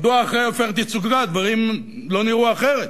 מדוע אחרי "עופרת יצוקה" הדברים לא נראו אחרת?